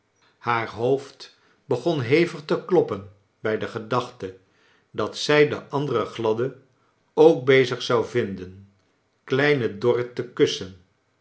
haar hoofd beg on hevig te kloppen bij de gedachte dat zij den anderen gladde ook bezig zou vinden kleine dorrit te kussen